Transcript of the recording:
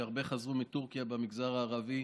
שהרבה חזרו מטורקיה במגזר הערבי.